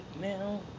now